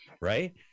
right